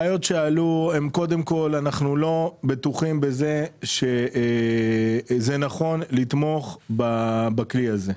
אנחנו לא בטוחים שנכון לתמוך בכלי הזה.